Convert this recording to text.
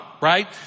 right